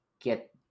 get